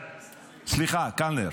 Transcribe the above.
סליחה, קלנר.